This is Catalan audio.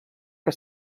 que